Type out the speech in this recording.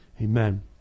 amen